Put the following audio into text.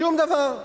שום דבר.